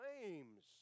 claims